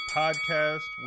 podcast